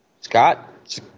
Scott